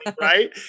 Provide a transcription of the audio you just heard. right